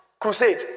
Crusade